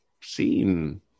seen